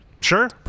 Sure